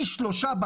פי 3 באקדמיה.